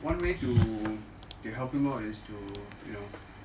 one way to to help him out is to you know